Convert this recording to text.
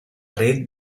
red